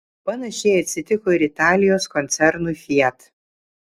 panašiai atsitiko ir italijos koncernui fiat